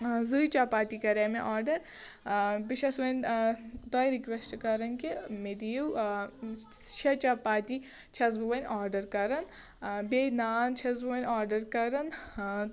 زٕے چپاتی کریاے مےٚ آرڈَر بہٕ چھَس وۅنۍ تۄہہِ رِکویسشٹ کران کہِ مےٚ دِیو آ شےٚ چپاتی چھَس بہٕ وۅنۍ آرڈَر کران بیٚیہِ نان چھَس بہٕ وۅنۍ آرڈَر کران